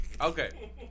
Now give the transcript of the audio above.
okay